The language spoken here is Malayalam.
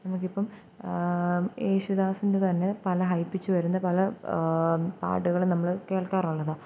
നമുക്കിപ്പം യേശുദാസിന്റെ തന്നെ പല ഹൈ പിച്ച് വരുന്ന പല പാട്ടുകളും നമ്മൾ കേള്ക്കാറുള്ളതാണ്